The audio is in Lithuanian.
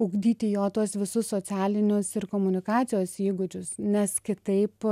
ugdyti jo tuos visus socialinius ir komunikacijos įgūdžius nes kitaip